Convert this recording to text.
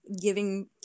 giving